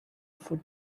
for